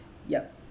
yup